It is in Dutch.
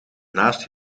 naast